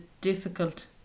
difficult